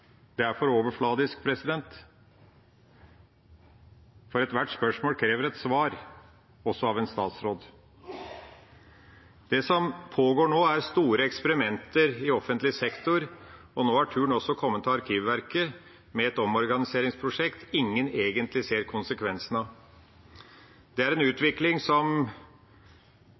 Det er for overfladisk, for ethvert spørsmål krever et svar, også av en statsråd. Det som pågår nå, er store eksperimenter i offentlig sektor, og nå er turen også kommet til Arkivverket, med et omorganiseringsprosjekt ingen egentlig ser konsekvensen av. Det er en utvikling etter en omfattende omorganisering av Arkivverket fra 1. november 2016 som